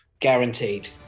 guaranteed